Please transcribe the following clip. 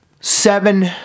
Seven